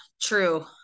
true